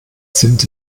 sind